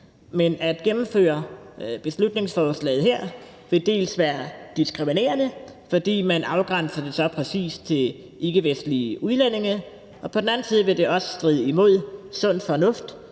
Men at gennemføre beslutningsforslaget her vil være diskriminerende, dels fordi man afgrænser det så præcist til ikkevestlige udlændinge, dels fordi det også vil stride imod sund fornuft.